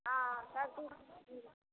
हँ सर्दीके मिलतै